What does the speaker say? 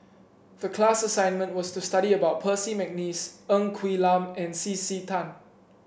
the class assignment was to study about Percy McNeice Ng Quee Lam and C C Tan